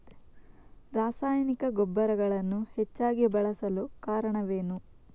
ರಾಸಾಯನಿಕ ಗೊಬ್ಬರಗಳನ್ನು ಹೆಚ್ಚಾಗಿ ಬಳಸಲು ಕಾರಣವೇನು?